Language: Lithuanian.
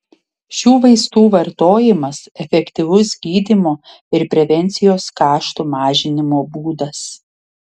šių vaistų vartojimas efektyvus gydymo ir prevencijos kaštų mažinimo būdas